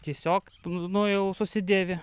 tiesiog nu jau susidėvi